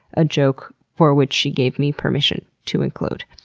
a joke for which she gave me permission to include.